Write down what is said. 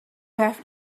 have